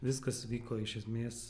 viskas vyko iš esmės